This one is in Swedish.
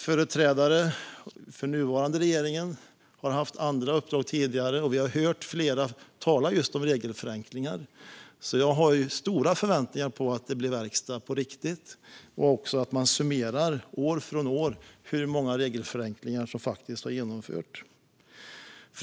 Företrädare för den nuvarande regeringen har haft andra uppdrag tidigare, och vi har hört flera tala just om regelförenklingar. Jag har alltså stora förväntningar på att det blir verkstad på riktigt och att man summerar år för år hur många regelförenklingar som faktiskt har genomförts.